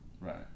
right